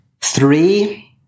Three